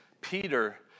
Peter